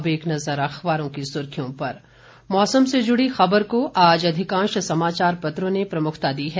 अब एक नजर अखबारों की सुर्खियों पर मौसम से जुड़ी खबर को आज अधिकांश समाचार पत्रों ने प्रमुखता दी है